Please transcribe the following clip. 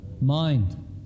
mind